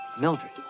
Mildred